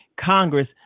Congress